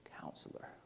Counselor